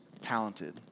talented